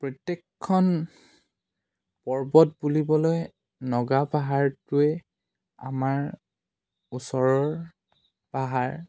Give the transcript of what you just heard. প্ৰত্যেকখন পৰ্বত বুলিবলৈ নগা পাহাৰটোৱে আমাৰ ওচৰৰ পাহাৰ